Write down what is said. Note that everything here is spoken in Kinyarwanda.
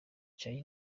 charly